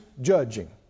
judging